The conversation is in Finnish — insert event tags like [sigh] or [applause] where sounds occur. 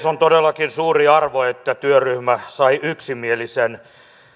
[unintelligible] on todellakin suuri arvo että työryhmä sai yksimielisen